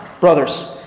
brothers